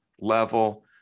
level